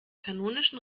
kanonischen